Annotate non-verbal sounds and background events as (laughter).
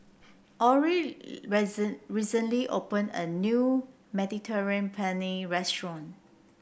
Olie (unintelligible) recently opened a new Mediterranean Penne Restaurant